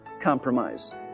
compromise